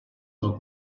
del